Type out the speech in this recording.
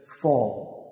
fall